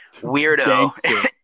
weirdo